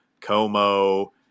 Como